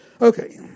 Okay